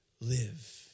live